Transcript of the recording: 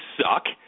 suck